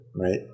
Right